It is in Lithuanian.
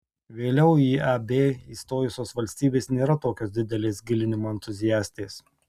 vėliau į eb įstojusios valstybės nėra tokios didelės gilinimo entuziastės